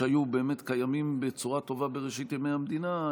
שהיו באמת קיימים בצורה טובה בראשית ימי המדינה,